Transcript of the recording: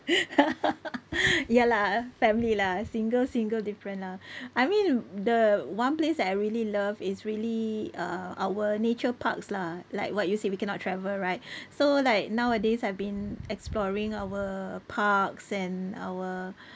ya lah family lah single single different lah I mean the one place that I really love is really uh our nature parks lah like what you say we cannot travel right so like nowadays I've been exploring our parks and our